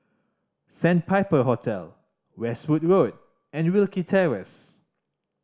Sandpiper Hotel Westwood Road and Wilkie Terrace